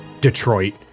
Detroit